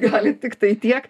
gali tiktai tiek